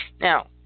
Now